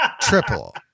triple